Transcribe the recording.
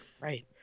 Right